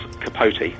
Capote